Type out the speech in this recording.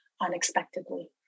Unexpectedly